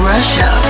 Russia